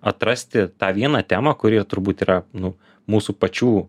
atrasti tą vieną temą kuri ir turbūt yra nu mūsų pačių